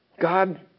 God